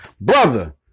brother